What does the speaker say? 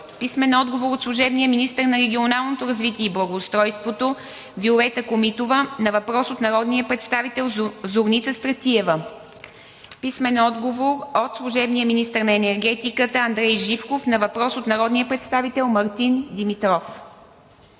Гьоков; - служебния министър на регионалното развитие и благоустройството Виолета Комитова на въпрос от народния представител Зорница Стратиева; - служебния министър на енергетиката Андрей Живков на въпрос от народния представител Мартин Димитров.